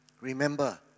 remember